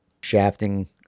shafting